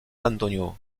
antonio